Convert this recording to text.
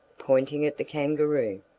pointing at the kangaroo.